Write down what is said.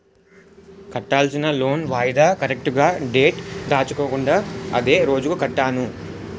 కట్టాల్సిన లోన్ వాయిదా కరెక్టుగా డేట్ దాటించకుండా అదే రోజు కట్టాను